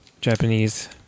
Japanese